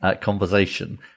conversation